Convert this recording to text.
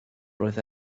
roedd